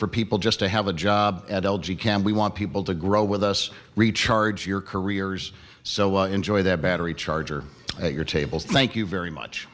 for people just to have a job at l g cam we want people to grow with us recharge your careers so enjoy that battery charger at your table thank you very much